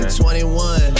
21